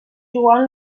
joan